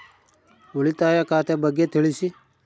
ಉಳಿತಾಯ ಖಾತೆ ಬಗ್ಗೆ ತಿಳಿಸಿ?